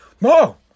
no